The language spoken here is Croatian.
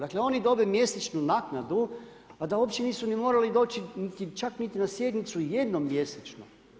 Dakle, oni dobe mjesečnu naknadu a da uopće nisu morali doći čak ni na sjednicu jednom mjesečno.